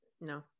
No